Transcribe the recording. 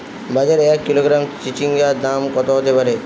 বাজারে এক কিলোগ্রাম চিচিঙ্গার দাম কত হতে পারে?